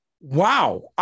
Wow